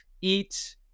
eat